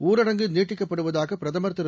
ஊரடங்கு நீட்டிக்கப்படுவதாக பிரதம் திரு